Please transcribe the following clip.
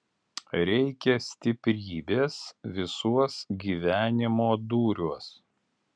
reikia stiprybės visuos gyvenimo dūriuos